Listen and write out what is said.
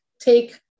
take